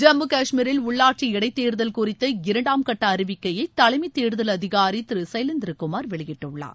ஜம்மு காஷ்மீரில் உள்ளாட்சி இடைத்தேர்தல் குறித்த இரண்டாம் கட்டஅறிவிக்கையைதலைமைதேர்தல் அதிகாரிதிருசைலேந்திரகுமார் வெளியிட்டுள்ளார்